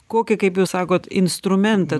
kokį kaip jūs sakot instrumentą